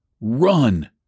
Run